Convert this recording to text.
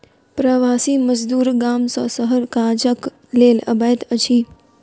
प्रवासी मजदूर गाम सॅ शहर काजक लेल अबैत अछि